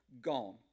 gone